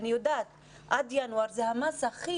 אני יודעת שעד ינואר זאת המסה הכי